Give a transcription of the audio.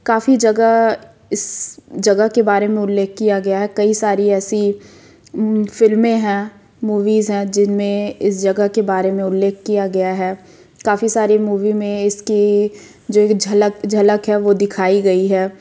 काफ़ी जगह इस जगह के बारे में उल्लेख किया गया है कई सारी ऐसी फिल्में हैं मूवीज है जिनमें इस जगह के बारे में उल्लेख किया गया है काफ़ी सारी मूवी में इसकी जो एक झलक झलक है वो दिखाई गई है